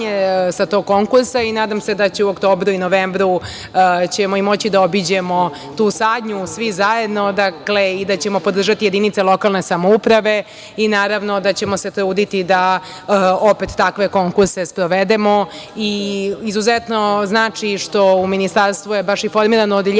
sa tog konkursa i nadam se da ćemo u oktobru i novembru moći da obiđemo tu sadnju svi zajedno i da ćemo podržati jedinice lokalne samouprave i naravno da ćemo se truditi da opet takve konkurse sprovedemo. Izuzetno znači što je u ministarstvu formirano odeljenje